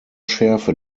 schärfe